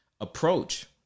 approach